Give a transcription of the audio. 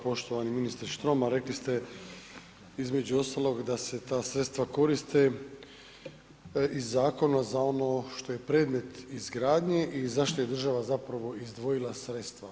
Poštovani ministre Štromar rekli ste između ostalog da se ta sredstva koriste iz zakona za ono što je predmet izgradnje i zašto je država zapravo izdvojila sredstva.